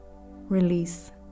release